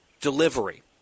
delivery